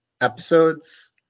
episodes